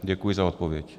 Děkuji za odpověď.